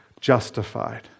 justified